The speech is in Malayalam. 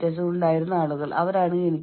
കൂടാതെ അത് ഒരു വിൻ വിൻ സാഹചര്യമായിരിക്കും